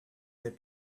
that